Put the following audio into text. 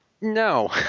No